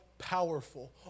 powerful